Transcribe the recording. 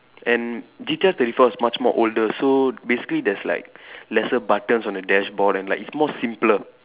and G_T_R thirty four is much more older so basically there's like lesser buttons on the dashboard and like it's more simpler